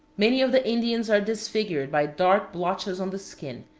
many of the indians are disfigured by dark blotches on the skin,